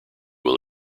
will